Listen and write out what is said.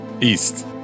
East